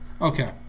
Okay